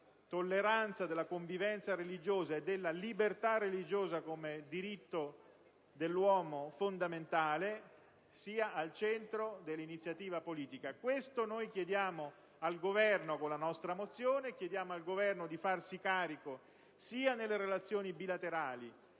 tolleranza, della convivenza religiosa e della libertà religiosa come diritto fondamentale dell'uomo sia al centro dell'iniziativa politica. Questo chiediamo al Governo con la nostra mozione: gli chiediamo di farsi carico, sia nelle relazioni bilaterali,